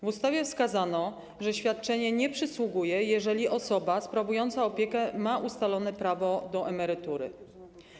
W ustawie wskazano, że świadczenie nie przysługuje, jeżeli osoba sprawująca opiekę ma ustalone prawo do emerytury.